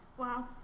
Wow